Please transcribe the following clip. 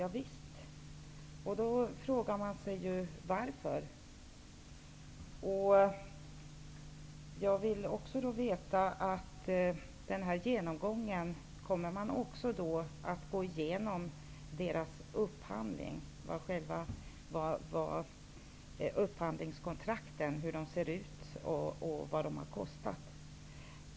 Ja visst, och då frågar man sig ju varför. Jag vill också veta om man vid genomgången kommer att gå igenom hur upphandlingskontrakten ser ut och vad de har kostat.